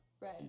Right